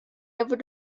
able